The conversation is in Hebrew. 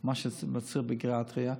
את מה שצריך בגריאטריה,